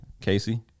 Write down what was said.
Casey